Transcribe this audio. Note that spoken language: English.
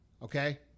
Okay